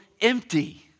empty